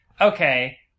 okay